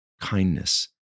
kindness